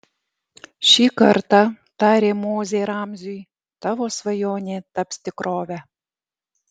šį kartą tarė mozė ramziui tavo svajonė taps tikrove